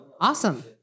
awesome